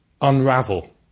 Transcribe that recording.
unravel